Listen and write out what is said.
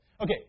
Okay